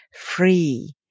free